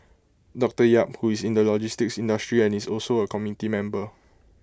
doctor yap who is in the logistics industry and is also A committee member